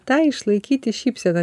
tą išlaikyti šypseną